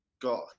got